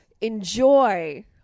enjoy